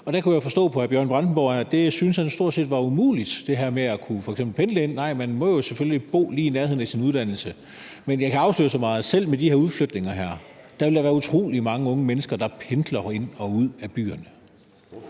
Der kunne jeg forstå på hr. Bjørn Brandenborg, at det syntes han stort set var umuligt, altså det her med f.eks. at kunne pendle ind; nej, man må jo selvfølgelig bo lige i nærheden af sin uddannelse. Men jeg kan afsløre så meget, at selv med de her udflytninger vil der være utrolig mange unge mennesker, der pendler ind og ud af byerne.